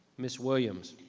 ms. williams.